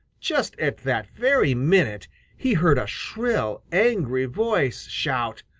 just at that very minute he heard a shrill, angry voice shout,